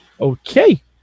Okay